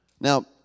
Now